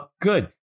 Good